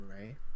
right